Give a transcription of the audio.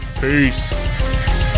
Peace